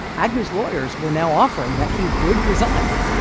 agnew's lawyers were now offering that he would resign.